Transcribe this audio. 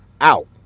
out